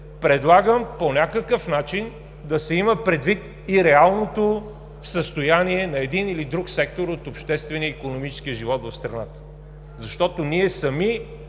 предлагам по някакъв начин да се има предвид и реалното състояние на един или друг сектор от обществения и икономическия живот в страната, защото ние сами